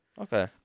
Okay